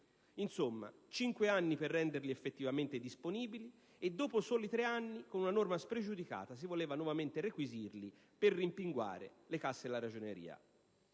voluti cinque anni per renderle effettivamente disponibile e, dopo soli tre anni, con una norma spregiudicata, si voleva nuovamente requisirle per rimpinguare le casse dell'Erario.